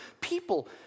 people